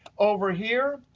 over here,